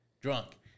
drunk